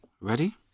Ready